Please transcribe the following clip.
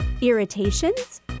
Irritations